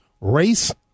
Race